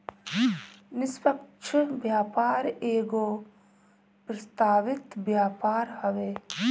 निष्पक्ष व्यापार एगो प्रस्तावित व्यापार हवे